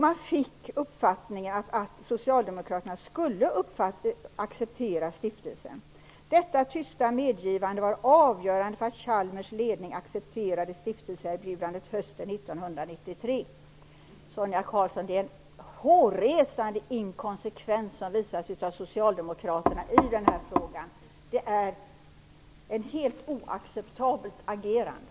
Man fick den uppfattningen att socialdemokraterna skulle acceptera stiftelsen. Detta tysta medgivande var avgörande för att Chalmers ledning accepterade stiftelseerbjudande hösten 1993. Det är en hårresande inkonsekvens som visas av socialdemokraterna i den här frågan, Sonia Karlsson. Det är ett helt oacceptabelt agerande.